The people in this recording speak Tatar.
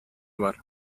бар